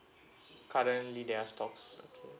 currently there are stocks okay